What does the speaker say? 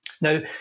Now